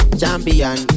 champion